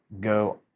go